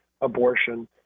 abortion